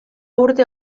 urte